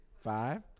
five